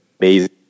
amazing